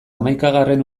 hamaikagarren